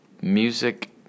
Music